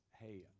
hey